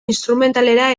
instrumentalera